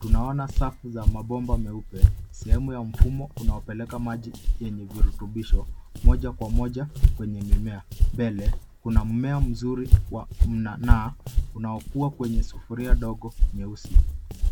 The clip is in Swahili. Tunaona safu za mabomba meupe, sehemu ya mfumo unaopeleka maji yenye virutubisho moja kwa moja kwenye mimea. Mbele, kuna mmea mzuri wa mnanaa unaokua kwenye sufuria dogo nyeusi.